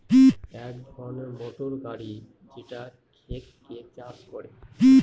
এক ধরনের মোটর গাড়ি যেটা ক্ষেতকে চাষ করে